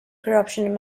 corruption